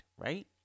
Right